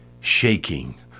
shaking